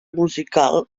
musical